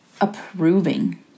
approving